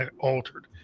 altered